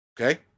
Okay